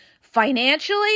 financially